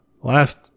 Last